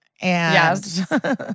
Yes